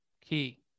key